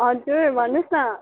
हजुर भन्नुहोस् न